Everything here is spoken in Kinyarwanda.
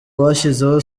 bashyizeho